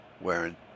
wearing